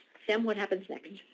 tim, what happens next?